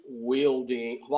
wielding